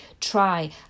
try